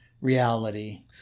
reality